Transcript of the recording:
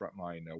frontline